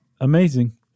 amazing